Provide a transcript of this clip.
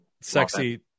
sexy